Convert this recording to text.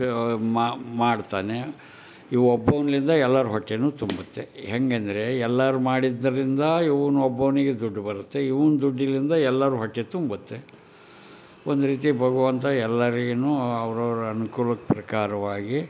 favour ಮಾಡ್ತಲೇ ಈ ಒಬ್ಬರಿಂದ ಎಲ್ಲರ ಹೊಟ್ಟೆಯೂ ತುಂಬುತ್ತೆ ಹೇಗಂದ್ರೆ ಎಲ್ಲರೂ ಮಾಡಿದ್ದರಿಂದ ಇವ್ನು ಒಬ್ಬನಿಗೆ ದುಡ್ಡು ಬರುತ್ತೆ ಇವ್ನು ದುಡ್ಡಿಲಿಂದ ಎಲ್ಲರ ಹೊಟ್ಟೆ ತುಂಬುತ್ತೆ ಒಂದು ರೀತಿ ಭಗವಂತ ಎಲ್ಲರಿಗೂ ಅವರವರ ಅನುಕೂಲಕ್ಕೆ ಪ್ರಕಾರವಾಗಿ